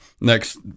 next